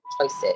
choices